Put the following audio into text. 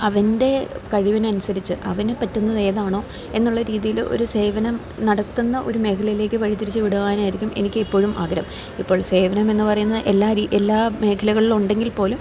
അവൻ്റെ കഴിവിനനുസരിച്ച് അവന് പറ്റുന്നത് ഏതാണോ എന്നുള്ള രീതിയില് ഒരു സേവനം നടത്തുന്ന ഒരു മേഖലയിലേക്കു വഴിതിരിച്ചു വിടുവാനായിരിക്കും എനിക്ക് എപ്പോഴും ആഗ്രഹം ഇപ്പോൾ സേവനം എന്നു പറയുന്നത് എല്ലാ എല്ലാ മേഖലകളിലും ഉണ്ടെങ്കിൽപ്പോലും